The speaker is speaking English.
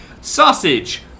sausage